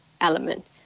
element